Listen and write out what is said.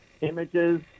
images